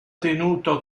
tenuto